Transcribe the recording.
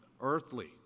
Earthly